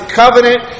covenant